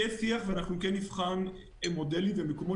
יהיה שיח ואנחנו כן נבחן מודלים במקומות